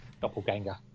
doppelganger